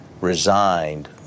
resigned